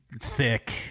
thick